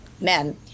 men